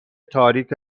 تاریک